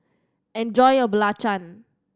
enjoy your belacan